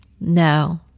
No